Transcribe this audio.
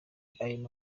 ayo